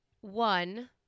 One